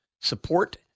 support